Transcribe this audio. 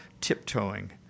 tiptoeing